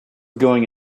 going